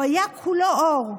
הוא היה כולו אור.